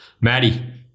Maddie